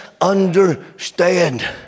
understand